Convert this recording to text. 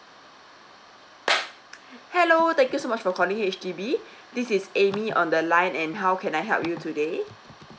hello thank you so much for calling H_D_B this is amy on the line and how can I help you today